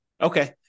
Okay